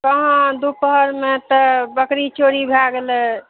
कहाँ दुपहरमे तऽ बकरी चोरी भए गेलै